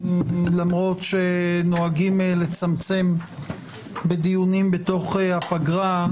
למרות שנוהגים לצמצם בדיונים בתוך הפגרה,